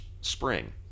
spring